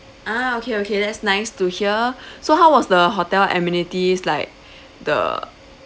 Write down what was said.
ah okay okay that's nice to hear so how was the hotel amenities like the